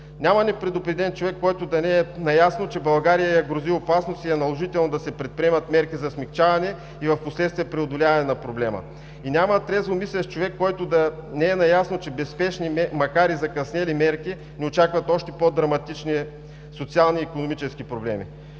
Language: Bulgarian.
Няма човек, който да не е наясно, че България я грози опасност и е наложително да се предприемат мерки за смекчаване и впоследствие преодоляване на проблема. Няма трезво мислещ човек, който да не е наясно, че без спешни, макар и закъснели мерки, ни очакват още по-драматични социални и икономически проблеми.